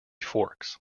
forks